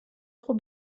خوب